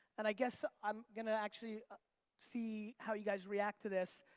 and i guess i'm gonna actually see how you guys react to this.